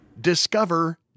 Discover